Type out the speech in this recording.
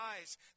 eyes